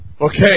Okay